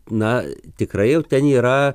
na tikrai jau ten yra